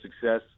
success